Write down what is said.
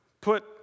put